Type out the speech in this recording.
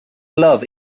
love